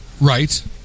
Right